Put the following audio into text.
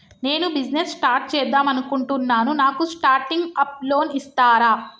నేను business start చేద్దామనుకుంటున్నాను నాకు స్టార్టింగ్ అప్ లోన్ ఇస్తారా?